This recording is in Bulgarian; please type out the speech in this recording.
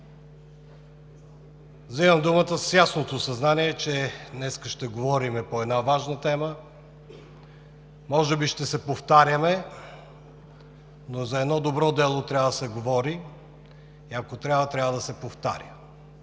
Вземам думата с ясното съзнание, че днес ще говорим по важна тема. Може би ще се повтаряме, но за едно добро дело трябва да се говори и ако е необходимо, трябва да се повтаря.